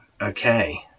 Okay